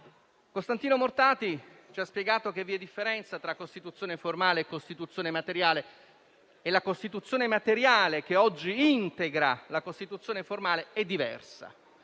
Costantino Mortati ci ha spiegato che vi è differenza tra Costituzione formale e materiale e la Costituzione materiale che oggi integra la Costituzione formale è diversa.